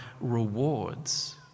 rewards